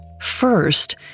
First